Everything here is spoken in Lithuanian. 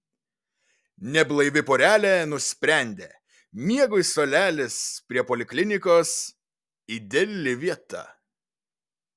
neblaivi porelė nusprendė miegui suolelis prie poliklinikos ideali vieta